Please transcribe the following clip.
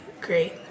great